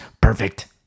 perfect